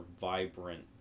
vibrant